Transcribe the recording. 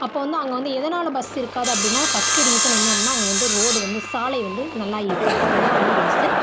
அப்போது வந்து அங்கே வந்து எதனால் பஸ்ஸு இருக்காது அப்படின்னா ஃபஸ்ட்டு ரீசன் என்ன அப்படின்னா அங்கே வந்து ரோடு வந்து சாலை வந்து நல்லா இருக்காது அது தான் வந்து ரீசன்